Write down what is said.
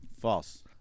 False